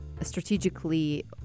strategically